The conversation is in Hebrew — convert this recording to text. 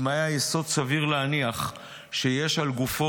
אם היה יסוד סביר להניח שיש על גופו